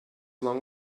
long